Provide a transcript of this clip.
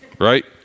right